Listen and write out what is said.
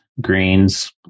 greens